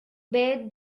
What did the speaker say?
bathe